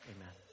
Amen